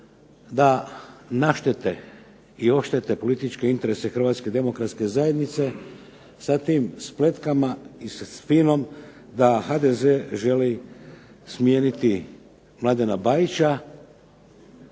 da naštete i oštete političke interese Hrvatske demokratske zajednice sa tim spletkama i sa spinom da HDZ želi smijeniti Mladena Bajića